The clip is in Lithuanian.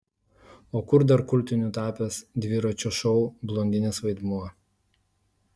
o kur dar kultiniu tapęs dviračio šou blondinės vaidmuo